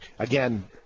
Again